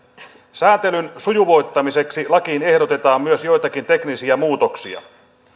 säätelyn sujuvoittamiseksi lakiin ehdotetaan myös joitakin teknisiä muutoksia